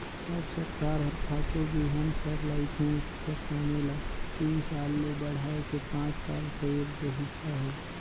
अब सरकार हर खातू बीहन कर लाइसेंस कर समे ल तीन साल ले बढ़ाए के पाँच साल कइर देहिस अहे